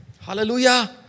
Hallelujah